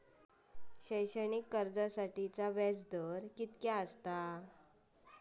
शैक्षणिक कर्जासाठीचो व्याज दर कितक्या आसा?